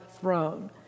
throne